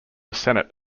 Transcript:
senate